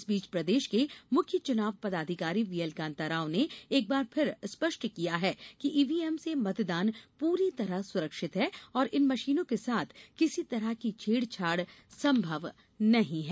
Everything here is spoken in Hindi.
इस बीच प्रदेश के मुख्य चुनाव पदाधिकारी वी एल कान्ताराव ने एक बार फिर स्पष्ट किया है कि ईवीएम से मतदान पूरी तरह सुरक्षित है और इन मशीनों के साथ किसी भी तरह की छेड़छाड़ संभव नहीं है